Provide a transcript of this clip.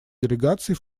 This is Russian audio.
делегаций